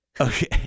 okay